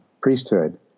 priesthood